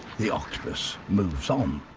the octopus moves um